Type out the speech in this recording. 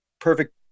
perfect